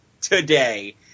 today